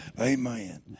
Amen